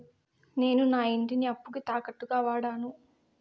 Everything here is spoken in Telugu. నేను నా ఇంటిని అప్పుకి తాకట్టుగా వాడాను